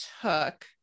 took